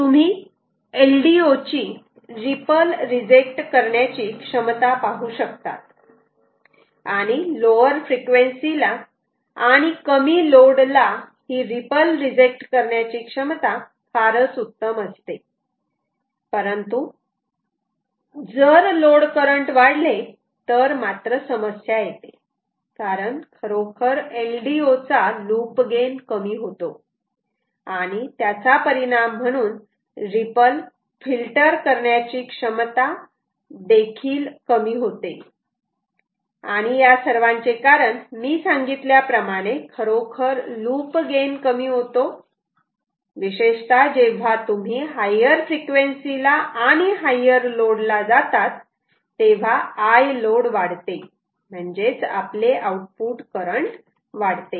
आता तुम्ही LDO ची रिपल रिजेक्ट करण्याची क्षमता पाहू शकतात आणि लोवर फ्रिक्वेन्सी ला आणि कमी लोड ला ही रिपल रिजेक्ट करण्याची क्षमता फारच उत्तम असते परंतु जर लोड करंट वाढले तर मात्र समस्या येते कारण खरोखर LDO चा लूप गेन कमी होतो आणि त्याचा परिणाम म्हणून रीपल फिल्टर करण्याची क्षमता देखील कमी होते आणि या सर्वांचे कारण मी सांगितल्याप्रमाणे खरोखर लूप गेन कमी होतो विशेषतः जेव्हा तुम्ही हायर फ्रिक्वेन्सी ला आणि हायर लोड जातात तेव्हा Iload वाढते म्हणजेच आपले आउटपुट करंट वाढते